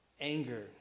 Anger